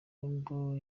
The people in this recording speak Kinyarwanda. nubwo